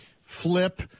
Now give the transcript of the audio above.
flip